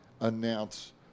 announce